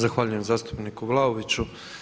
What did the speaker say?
Zahvaljujem zastupniku Vlaoviću.